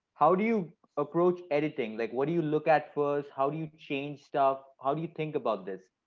how do you approach editing? like what do you look at first? how do you change stuff? how do you think about this?